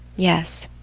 yes.